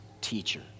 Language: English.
teacher